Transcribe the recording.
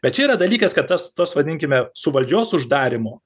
bet čia yra dalykas kad tas tas vadinkime su valdžios uždarymu